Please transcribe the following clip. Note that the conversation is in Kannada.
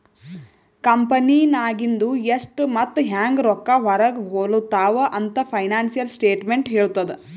ಕಂಪೆನಿನಾಗಿಂದು ಎಷ್ಟ್ ಮತ್ತ ಹ್ಯಾಂಗ್ ರೊಕ್ಕಾ ಹೊರಾಗ ಹೊಲುತಾವ ಅಂತ್ ಫೈನಾನ್ಸಿಯಲ್ ಸ್ಟೇಟ್ಮೆಂಟ್ ಹೆಳ್ತುದ್